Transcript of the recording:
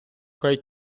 хай